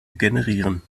generieren